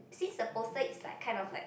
since the poster is like kind of like